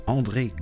André